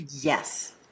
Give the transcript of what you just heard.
Yes